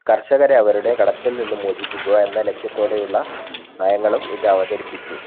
കർഷകരെ അവരുടെ കടത്തിൽ നിന്ന് മോചിപ്പിക്കുക എന്ന ലക്ഷ്യത്തോടെയുള്ള നയങ്ങളും ഇതവതരിപ്പിച്ചു